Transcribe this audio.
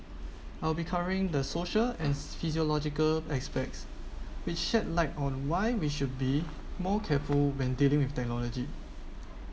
I will be covering the social and physiological aspects which shed light on why we should be more careful when dealing with technology